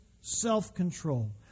self-control